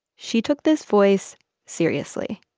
she took this voice seriously.